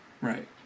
Right